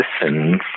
listen